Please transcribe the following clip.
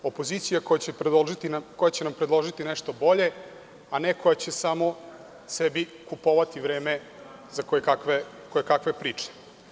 Opozicija koja će nam predložiti nešto bolje, a ne koja će samo sebi kupovati vreme za kojekakve priče.